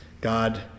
God